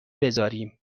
بذاریم